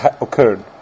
occurred